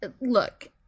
look